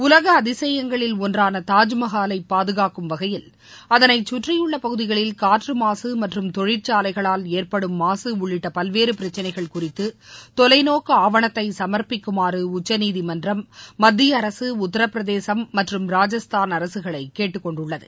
உலக அதிசயங்களில் ஒன்றான தாஜ்மஹாலை பாதுகாக்கும் வகையில் அதனைச்சுற்றியுள்ள பகுதிகளில் காற்று மாக மற்றும் தொழிற்சாலைகளால் ஏற்படும் மாக உள்ளிட்ட பல்வேறு பிரச்சினைகள் குறித்து தொலைநோக்கு ஆவணத்தை சமர்ப்பிக்குமாறு உச்சநீதிமன்றம் மத்தியஅரசு உத்தரப்பிரதேச மற்றும் ராஜஸ்தாள் அரசுகளை கேட்டுக்கொண்டுள்ளது